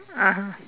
(uh huh)